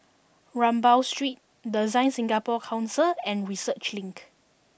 Rambau Street Design Singapore Council and Research Link